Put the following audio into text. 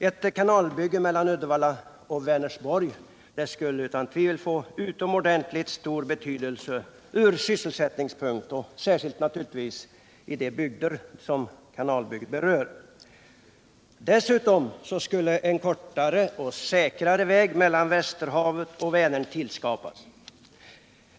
Ett kanalbygge mellan Uddevalla och Vänersborg skulle utan tvivel få utomordentligt stor betydelse för sysselsättningen i de bygder som kanalbygget skulle beröra. Dessutom skulle det skapas en kortare och säkrare väg mellan Västerhavet och Vänern.